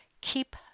Keep